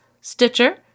Stitcher